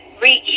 reach